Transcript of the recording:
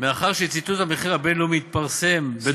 מאחר שציטוט המחיר הבין-לאומי מתפרסם בדולרים,